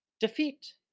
defeat